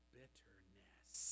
bitterness